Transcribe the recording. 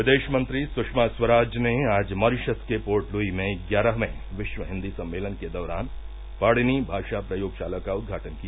विदेश मंत्री सुष्मा स्वराज ने आज मॉरिशस के पोर्टलुई में ग्यारहवें विश्व हिन्दी सम्मेलन के दौरान पाणिनी भाषा प्रयोगशाला का उद्घाटन किया